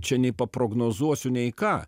čia nei paprognozuosiu nei ką